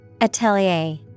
Atelier